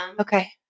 Okay